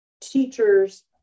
teachers